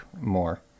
more